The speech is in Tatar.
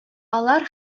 алар